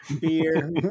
beer